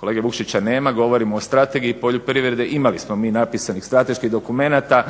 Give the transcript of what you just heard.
Kolege Vukšića nema, govorimo o strategiji poljoprivrede, imali smo mi napisanih strateških dokumenata